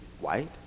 white